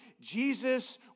Jesus